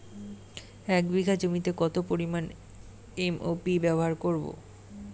এক বিঘা জমিতে কত পরিমান এম.ও.পি ব্যবহার করব?